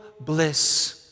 bliss